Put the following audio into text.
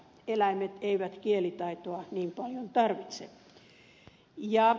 eläimet eivät kielitaitoa niin paljon tarvitse